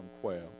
quail